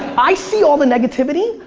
i see all the negativity,